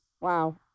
wow